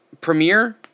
premiere